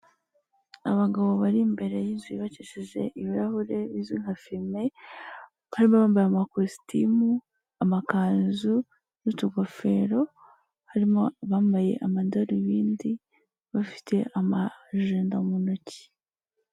Abagabo bari imbere y'inzu yubakishije ibirahuri bizwi nka fime, harimo abambaye amakositimu, amakanzu n'utugofero, harimo bambaye amadarubindi bafite amajenda mu ntoki.